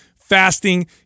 fasting